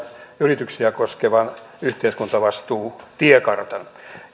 yrityksiä koskevan yhteiskuntavastuutiekartan